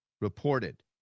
reported